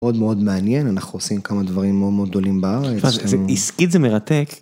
מאוד מאוד מעניין, אנחנו עושים כמה דברים מאוד מאוד גדולים בארץ. אז עסקית זה מרתק.